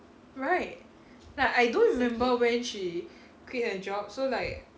right like I don't remember when she quit her job so like